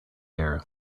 air